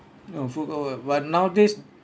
oh full cover but nowadays